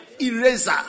Eraser